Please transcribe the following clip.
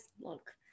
look